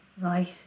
Right